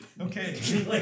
Okay